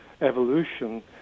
evolution